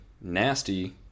nasty